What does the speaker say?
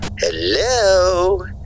Hello